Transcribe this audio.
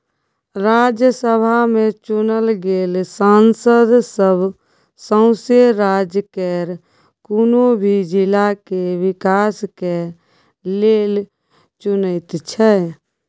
राज्यसभा में चुनल गेल सांसद सब सौसें राज्य केर कुनु भी जिला के विकास के लेल चुनैत छै